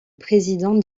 président